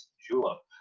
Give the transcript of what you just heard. julep.